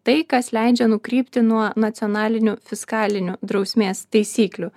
tai kas leidžia nukrypti nuo nacionalinių fiskalinių drausmės taisyklių